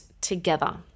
together